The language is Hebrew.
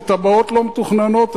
זה תב"עות לא מתוכננות,